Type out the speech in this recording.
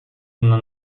una